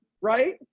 right